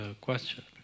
question